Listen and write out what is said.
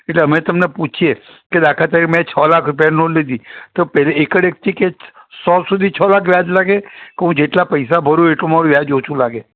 એટલે અમે તમને પૂછીએ કે દાખલા તરીકે મે છ લાખ રૂપિયાની લોન લીધી તો પેલે એકડે એકથી કે સો સુધી છ લાખ વ્યાજ લાગે કે હું જેટલા પૈસા ભરું એટલું મારુ વ્યાજ ઓછું લાગે